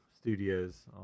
studios